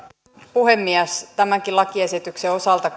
puhemies tämänkin lakiesityksen osalta